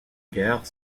guerre